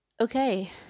okay